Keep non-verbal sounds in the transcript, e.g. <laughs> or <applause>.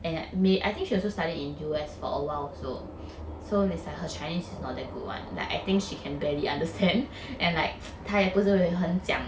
and in may I think she also studied in U_S for a while also so it's like her chinese it's not that good [one] like I think she can barely understand <laughs> and like 她也不是很讲